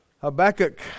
Habakkuk